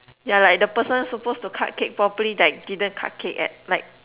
ya like the person supposed to cut cake properly that didn't cut cake at like